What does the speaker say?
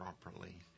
properly